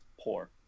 poor